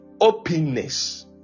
Openness